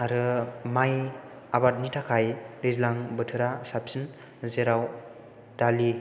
आरो माइ आबादनि थाखाय दैज्लां बोथोरा साबसिन जेराव दालि